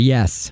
Yes